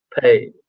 pay